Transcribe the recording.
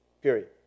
Period